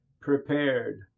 prepared